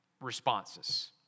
responses